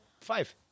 five